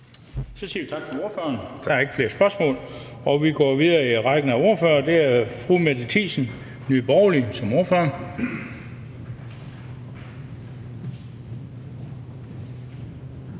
Vi siger tak til ordføreren. Der er ikke flere spørgsmål, og vi går videre i rækken af ordførere. Det er fru Mette Thiesen, Nye Borgerlige, som ordfører.